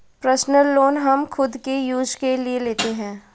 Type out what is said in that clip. personal loan हम खुद के यूज के लिए लेते है